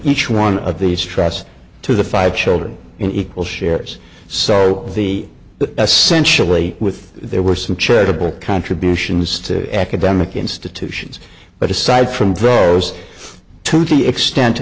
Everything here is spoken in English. each one of these stress to the five children in equal shares so the essentially with there were some charitable contributions to academic institutions but aside from gross to the extent